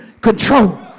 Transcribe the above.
control